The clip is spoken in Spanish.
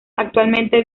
actualmente